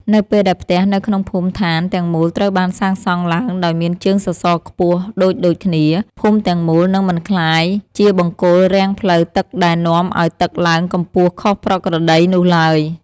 នៅពេលដែលផ្ទះនៅក្នុងភូមិឋានទាំងមូលត្រូវបានសាងសង់ឡើងដោយមានជើងសសរខ្ពស់ដូចៗគ្នា ភូមិទាំងមូលនឹងមិនក្លាយជាបង្គោលរាំងផ្លូវទឹកដែលនាំឱ្យទឹកឡើងកម្ពស់ខុសប្រក្រតីនោះឡើយ។